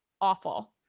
awful